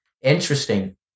interesting